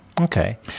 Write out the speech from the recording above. Okay